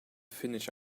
finish